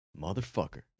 motherfucker